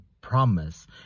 promise